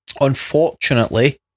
Unfortunately